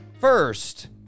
First